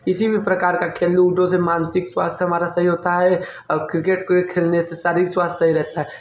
किसी भी प्रकार का खेल लूडो से मानसिक स्वास्थय हमारा सही होता है और क्रिकेट को खेलने से शरीर स्वास्थ्य सही रहता है